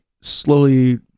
slowly